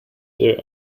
there